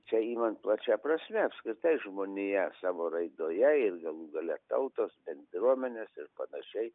čia imant plačia prasme apskritai žmonija savo raidoje ir galų gale tautos bendruomenės ir panašiai